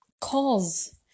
cause